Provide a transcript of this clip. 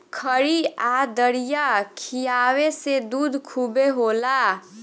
खरी आ दरिया खिआवे से दूध खूबे होला